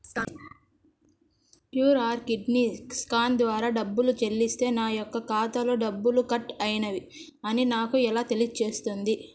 QR కోడ్ని scan ద్వారా డబ్బులు చెల్లిస్తే నా యొక్క ఖాతాలో డబ్బులు కట్ అయినవి అని నాకు ఎలా తెలుస్తుంది?